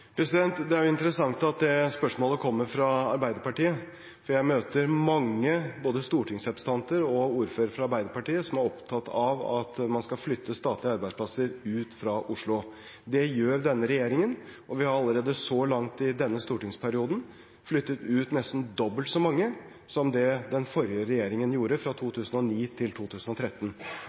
Det er jo interessant at det spørsmålet kommer fra Arbeiderpartiet, for jeg møter mange både stortingsrepresentanter og ordførere fra Arbeiderpartiet som er opptatt av at man skal flytte statlige arbeidsplasser ut fra Oslo. Det gjør denne regjeringen, og vi har allerede så langt i denne stortingsperioden flyttet ut nesten dobbelt så mange som det den forrige regjeringen gjorde fra 2009 til 2013.